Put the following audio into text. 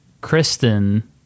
Kristen